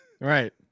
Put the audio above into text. Right